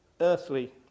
earthly